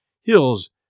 hills